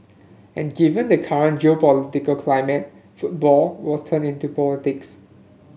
and given the current geopolitical climate football was turned into politics